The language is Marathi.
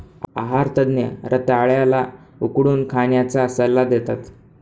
आहार तज्ञ रताळ्या ला उकडून खाण्याचा सल्ला देतात